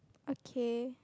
okay